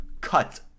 Cut